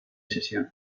sesión